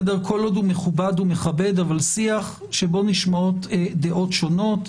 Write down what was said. כל עוד הוא מכובד ומכבד אבל שיח שבו נשמעות דעות שונות.